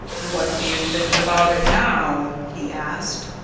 what do you think about it now? he asked.